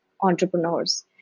entrepreneurs